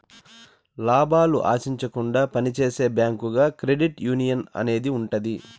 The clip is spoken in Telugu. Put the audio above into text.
లాభాలు ఆశించకుండా పని చేసే బ్యాంకుగా క్రెడిట్ యునియన్ అనేది ఉంటది